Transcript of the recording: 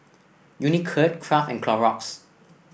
Unicurd Kraft and Clorox